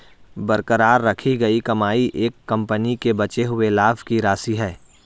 बरकरार रखी गई कमाई एक कंपनी के बचे हुए लाभ की राशि है